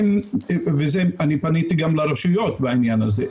ואני פניתי גם לרשויות בעניין הזה,